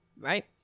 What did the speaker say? right